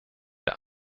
der